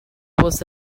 was